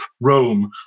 Rome